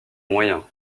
moyen